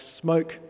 smoke